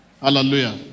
Hallelujah